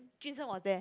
Jun Sheng was there